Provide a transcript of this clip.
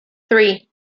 three